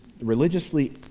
religiously